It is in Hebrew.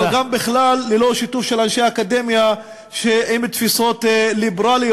אבל גם בכלל ללא שיתוף של אנשי אקדמיה עם תפיסות ליברליות,